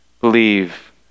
believe